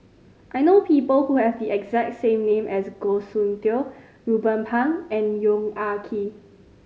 I know people who have the exact same name as Goh Soon Tioe Ruben Pang and Yong Ah Kee